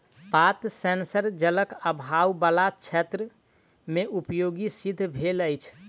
पात सेंसर जलक आभाव बला क्षेत्र मे उपयोगी सिद्ध भेल अछि